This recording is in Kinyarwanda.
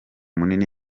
munini